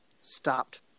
stopped